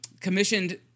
commissioned